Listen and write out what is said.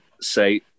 say